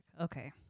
Okay